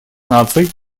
наций